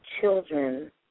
children